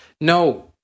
No